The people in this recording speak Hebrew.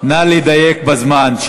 נא לדייק בזמן.